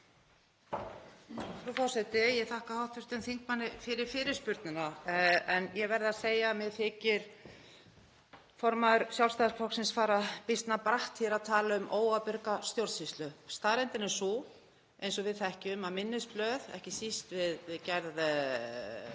Frú forseti. Ég þakka hv. þingmanni fyrir fyrirspurnina. Ég verð að segja að mér þykir formaður Sjálfstæðisflokksins fara býsna bratt hér að tala um óábyrga stjórnsýslu. Staðreyndin er sú, eins og við þekkjum, að minnisblöð, ekki síst við